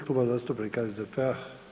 Kluba zastupnika SDP-a.